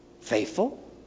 Faithful